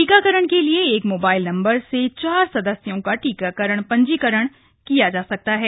टीकाकरण के लिए एक मोबाइल नंबर से चार सदस्यों का पंजीकरण कराया जा सकता है